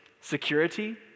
security